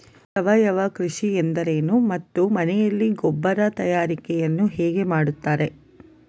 ಸಾವಯವ ಕೃಷಿ ಎಂದರೇನು ಮತ್ತು ಮನೆಯಲ್ಲಿ ಗೊಬ್ಬರ ತಯಾರಿಕೆ ಯನ್ನು ಹೇಗೆ ಮಾಡುತ್ತಾರೆ?